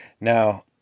Now